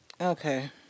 Okay